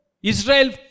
Israel